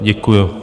Děkuji.